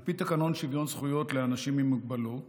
על פי תקנון שוויון זכויות לאנשים עם מוגבלות